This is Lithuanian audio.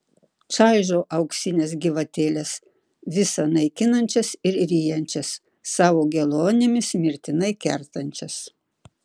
čaižo auksines gyvatėles visa naikinančias ir ryjančias savo geluonimis mirtinai kertančias